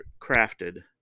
crafted